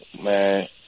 man